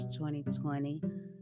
2020